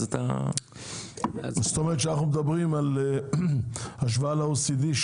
אתה- -- זאת אומרת כשאנחנו מדברים בהשוואה ל-OECD,